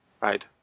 right